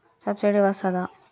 Subsidy వస్తదా?